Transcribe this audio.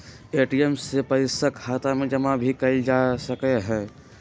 ATM से पइसा खाता में जमा भी कएल जा सकलई ह